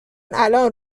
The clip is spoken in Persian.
الان